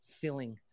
filling